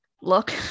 look